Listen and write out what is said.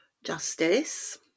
Justice